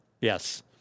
Yes